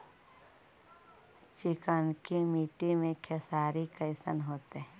चिकनकी मट्टी मे खेसारी कैसन होतै?